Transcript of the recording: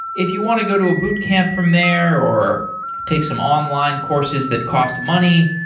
if you want to go to a boot camp from there or take some online courses that cost money,